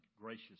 gracious